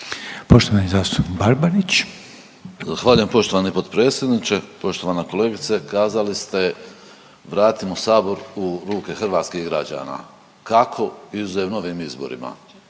Nevenko (HDZ)** Zahvaljujem poštovani potpredsjedniče. Poštovana kolegice kazali ste vratimo sabor u ruke hrvatskih građana kako izuzev novim izborima.